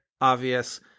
obvious